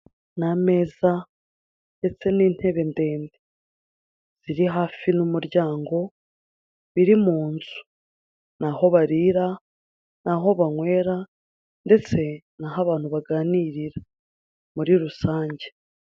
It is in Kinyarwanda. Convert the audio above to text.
Ni ameza ndetse n'intebe ndende ziri hafi n'umuryango, biri mun nzu, ni aho barira, ni aho banywera, ndetse ni aho abantu baganirira muri rusange.